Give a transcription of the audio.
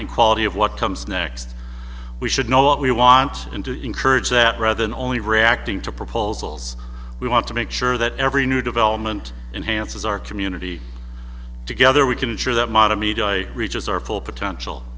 and quality of what comes next we should know what we want and to encourage that rather than only reacting to proposals we want to make sure that every new development enhanced as our community together we can ensure that modern media reaches our full potential